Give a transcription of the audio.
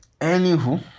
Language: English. anywho